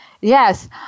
yes